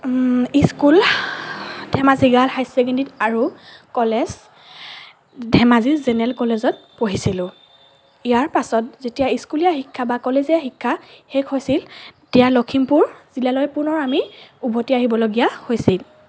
school Dhemaji জিলা higher চেকেণ্ডেৰীত আৰু কলেজ ধেমাজি জেনেৰেল কলেজত পঢ়িছিলোঁ ইয়াৰ পাছত যেতিয়া স্কুলীয়া শিক্ষা বা কলেজীয়া শিক্ষা শেষ হৈছিল তেতিয়া লখিমপুৰ জিলালৈ পুনৰ আমি উভতি আহিবলগীয়া হৈছিল